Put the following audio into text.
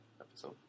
episode